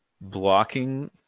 blocking